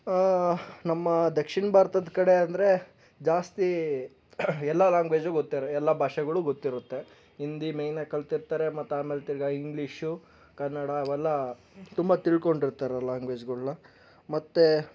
ನಮ್ಮ ದಕ್ಷಿಣ ಭಾರತದ ಕಡೆ ಅಂದರೆ ಜಾಸ್ತಿ ಎಲ್ಲ ಲಾಂಗ್ವೇಜ್ ಓದ್ತಾರೆ ಎಲ್ಲ ಭಾಷೆಗಳು ಗೊತ್ತಿರುತ್ತೆ ಹಿಂದಿ ಮೈನ್ ಆಗಿ ಕಲಿತಿರ್ತಾರೆ ಮತ್ತು ಆಮೇಲೆ ತಿರುಗಾ ಇಂಗ್ಲಿಷು ಕನ್ನಡ ಅವೆಲ್ಲ ತುಂಬ ತಿಳ್ಕೊಂಡಿರ್ತಾರೆ ಲಾಂಗ್ವೇಜ್ಗಳನ್ನ ಮತ್ತು